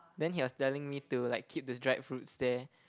then he was telling me to like keep the dried fruits there